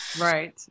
Right